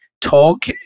talk